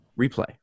replay